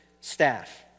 staff